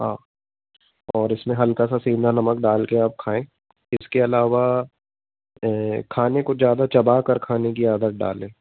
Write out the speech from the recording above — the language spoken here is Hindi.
हाँ और इसमें हल्का सा सेंधा नमक डाल कर आप खाएँ इसके अलावा खाने को ज़्यादा चबा कर खाने की आदत डालेँ